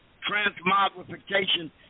transmogrification